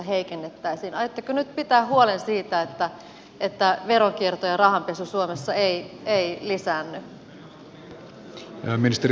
aiotteko nyt pitää huolen siitä että veronkierto ja rahanpesu suomessa ei lisäänny